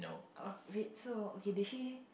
uh wait so okay did she